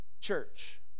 church